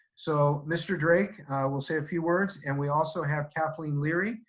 so mr. drake will say a few words, and we also have kathleen leary,